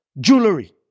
jewelry